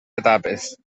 etapes